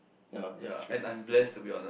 ya lah that's true that's that's important